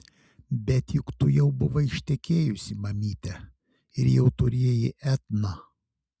bet juk tu jau buvai ištekėjusi mamyte ir jau turėjai etną